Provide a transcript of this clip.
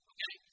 Okay